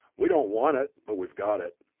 we don't want it. but we've got it.